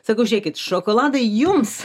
sakau žiūrėkit šokoladai jums